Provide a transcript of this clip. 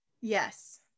yes